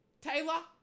Taylor